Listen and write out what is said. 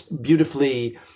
beautifully